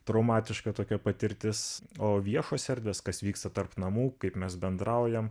traumatiška tokia patirtis o viešos erdvės kas vyksta tarp namų kaip mes bendraujam